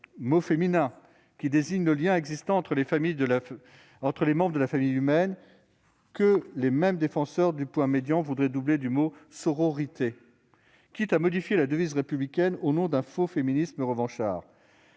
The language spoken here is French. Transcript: mot féminin qui désigne le lien existant entre les membres de la famille humaine, que les mêmes défenseurs du point médian voudraient doubler du mot « sororité », quitte à modifier la devise républicaine au nom d'un faux féminisme revanchard.